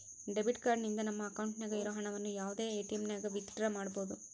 debit card ನಿಂದ ನಮ್ಮ ಅಕೌಂಟ್ನಾಗ ಇರೋ ಹಣವನ್ನು ಯಾವುದೇ ಎಟಿಎಮ್ನಾಗನ ವಿತ್ ಡ್ರಾ ಮಾಡ್ಬೋದು